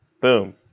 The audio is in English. boom